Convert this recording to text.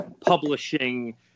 publishing